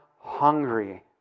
hungry